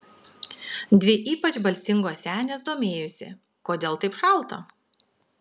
dvi ypač balsingos senės domėjosi kodėl taip šalta